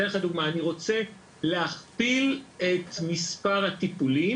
את מספר הטיפולים.